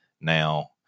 now